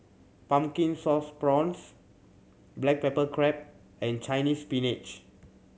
Pumpkin Sauce Prawns black pepper crab and Chinese Spinach